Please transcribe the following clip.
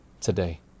today